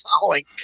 following